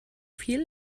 viel